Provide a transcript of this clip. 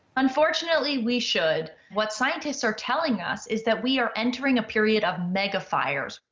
unfortunately, we should. what scientists are telling us is that we are entering a period of mega fires.